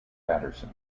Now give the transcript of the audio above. patterson